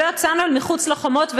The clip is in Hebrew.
ולא יצאנו אל מחוץ לחומות,